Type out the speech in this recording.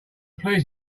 police